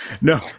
no